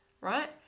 right